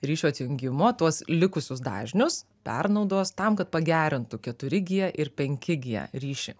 ryšio atjungimo tuos likusius dažnius pernaudos tam kad pagerintų keturi gie ir penki gie ryšį